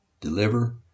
deliver